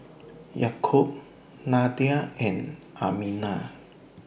Yaakob Nadia and Aminah